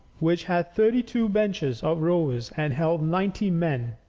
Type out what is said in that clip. which had thirty-two benches of rowers and held ninety men,